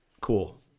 cool